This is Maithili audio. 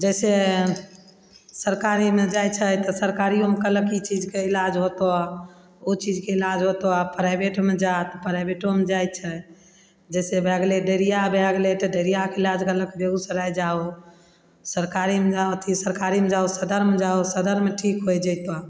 जैसे सरकारीमे जाइ छै तऽ सरकारियोमे कहलक ई चीजके इलाज होतऽ उ चीजके इलाज होतऽ प्राइवेटमे जा तऽ प्राइवेटोमे जाइ छै जैसे भए गेलय डाइरिया भए गेलय तऽ डाइरियाके इलाज कयलक बेगूसराय जाहो सरकारीमे जाहो अथी सरकारीमे जाहो सदरमे जाहो सदरमे ठीक होइ जेतऽ